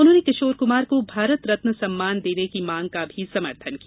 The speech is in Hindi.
उन्होने किशोर कुमार को भारत रत्न सम्मान देने की भी मांग का समर्थन किया